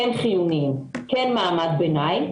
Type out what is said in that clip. כן חיוניים וכן של מעמד הביניים,